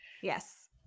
yes